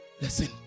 Listen